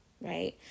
right